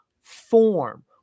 form